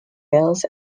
mills